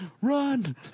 Run